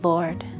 Lord